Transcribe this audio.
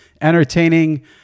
entertaining